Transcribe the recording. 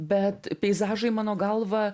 bet peizažai mano galva